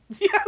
Yes